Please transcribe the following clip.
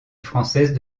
française